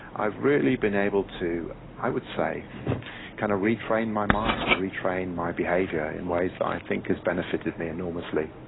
i've really been able to i would say kind of retrain my mind, retrain my behaviour in ways that i think has benefited me enormously.